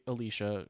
Alicia